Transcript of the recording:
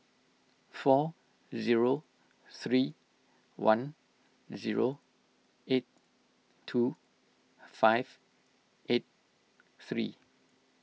four zero three one zero eight two five eight three